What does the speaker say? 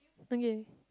okay